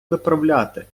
виправляти